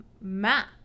map